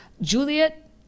Juliet